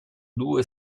due